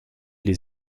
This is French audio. les